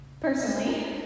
Personally